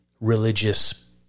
religious